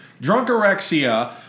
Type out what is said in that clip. Drunkorexia